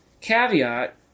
caveat